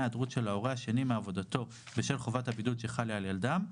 ההיעדרות של ההורה השני מעבודתו בשל חובת הבידוד שחלה על ילדם,